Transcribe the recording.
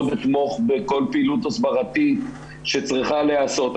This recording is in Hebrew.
אתמוך בכל פעילות הסברתית שצריכה להיעשות.